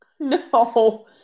no